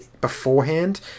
beforehand